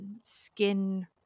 skin